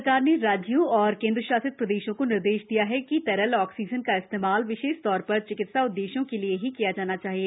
सरकार ने राज्यों और केन्द्र शासित प्रदेशों को निर्देश दिया है कि तरल ऑक्सीजन का इस्तेमाल विशेष तौर पर चिकित्सा उद्देश्यों के लिए ही किया जाना चाहिए